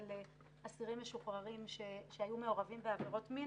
על אסירים משוחררים שהיו מעורבים בעבירות מין